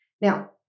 Now